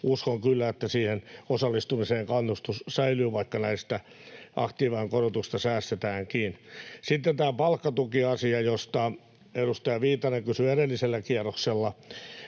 uskon kyllä, että siihen osallistumiseen kannustus säilyy, vaikka näistä aktiiviajan korotuksista säästetäänkin. Sitten tämä palkkatukiasia, josta edustaja Viitanen kysyi edellisellä kierroksella.